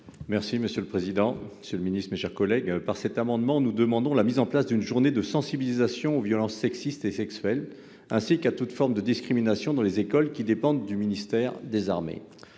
est ainsi libellé : La parole est à M. Daniel Salmon. Par cet amendement, nous demandons la mise en place d'une journée de sensibilisation aux violences sexistes et sexuelles, ainsi qu'à toute forme de discrimination dans les écoles qui dépendent du ministère des armées.